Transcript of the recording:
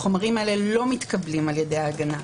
החומרים האלה לא מתקבלים על ידי ההגנה.